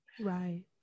Right